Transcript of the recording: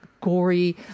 gory